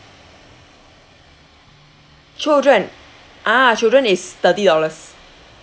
children ah children is thirty dollars